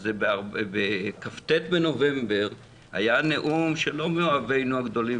אז בכ"ט בנובמבר היה נאום של לא מאוהבינו הגדולים